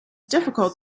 difficult